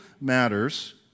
matters